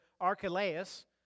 Archelaus